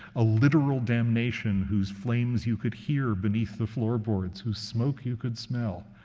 a literal damnation whose flames you could hear beneath the floorboards, whose smoke you could smell.